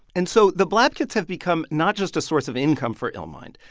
and so the blap kits have become not just a source of income for illmind.